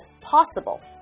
possible